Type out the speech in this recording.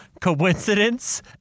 Coincidence